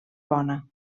bona